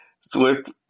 Swift